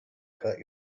cut